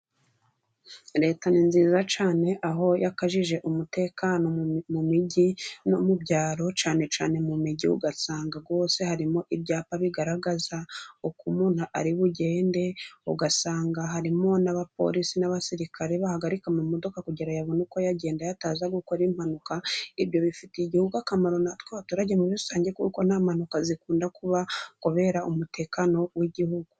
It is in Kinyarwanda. Leta, ni nziza cyane, aho yakajije umutekano mu mijyi no mu byaro. Cyane cyane mu mijyi, ugasanga hose harimo ibyapa bigaragaza uko umuntu ari bugende. Ugasanga harimo n’abapolisi n’abasirikare, bahagarika ama modoka, kugira ngo abone uko agenda, ataza gukora impanuka. Ibyo, bifitiye igihugu akamaro, natwe abaturage muri rusange, kuko nta mpanuka zikunda kuba, kubera umutekano w’igihugu.